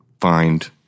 find